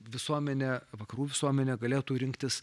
visuomenė vakarų visuomenė galėtų rinktis